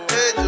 Hey